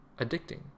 addicting